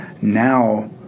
now